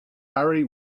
hurry